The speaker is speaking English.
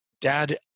dad